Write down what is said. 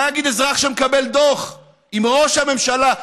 מה יגיד אזרח שמקבל דוח אם ראש הממשלה,